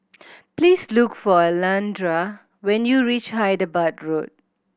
please look for Alondra when you reach Hyderabad Road